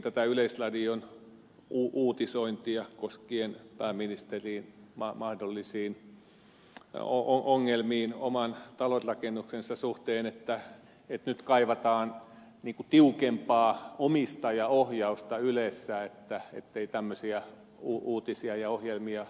mainitsitte tämän yleisradion uutisoinnin joka koski pääministerin mahdollisia ongelmia oman talonrakennuksensa suhteen ja että nyt kaivataan tiukempaa omistajaohjausta ylessä ettei tämmöisiä uutisia ja ohjelmia tulisi